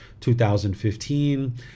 2015